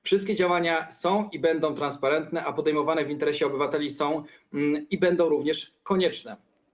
Wszystkie działania są i będą transparentne, a podejmowane w interesie obywateli są i będą również konieczne.